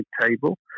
table